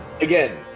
again